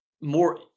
more